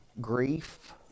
grief